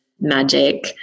magic